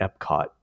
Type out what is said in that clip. Epcot